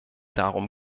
darum